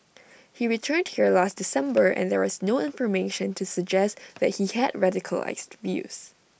he returned here last December and there was no information to suggest that he had radicalised views